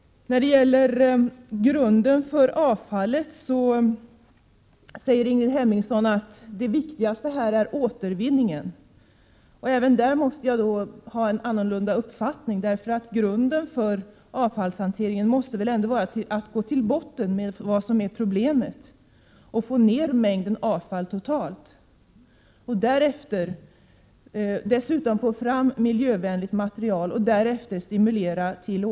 När det gäller grunden för avfallshanteringen säger Ingrid Hemmingsson att återvinningenär viktigast. Även på den punkten måste jag säga att jag har en annan uppfattning. Utgångspunkten för avfallshanteringen måste väl ändå vara att man går till botten med problemen. Det gäller ju att minska den totala mängden avfall. Dessutom måste man sträva efter att få fram ett miljövänligt material och stimulera till återanvändning. Vidare behövs det — Prot.